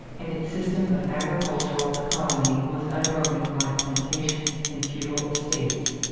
and its system of agricultural economy was unbroken by plantations and feudal estates.